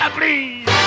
please